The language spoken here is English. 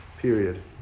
Period